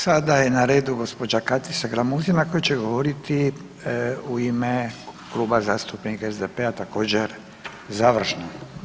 Sada je na redu gđa. Katica Glamuzina koja će govoriti u ime Kluba zastupnika SDP-a također, završno.